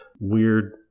weird